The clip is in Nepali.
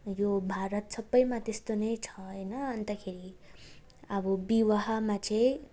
यो भारत सबैमा त्यस्तो नै छ होइनन अन्तखेरि अब विवाहमा चाहिँ